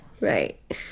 Right